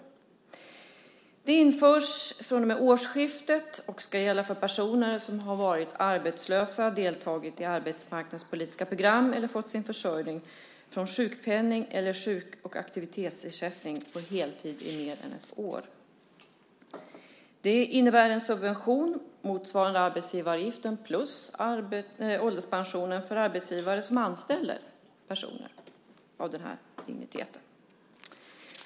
Nystartsjobb införs från årsskiftet och ska gälla för personer som har varit arbetslösa, deltagit i arbetsmarknadspolitiska program eller fått sin försörjning från sjukpenning eller sjuk och aktivitetsersättning på heltid i mer än ett år. Det innebär en subvention motsvarande arbetsgivaravgiften plus ålderspensionen för arbetsgivare som anställer sådana här personer.